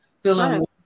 feeling